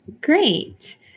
Great